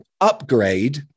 upgrade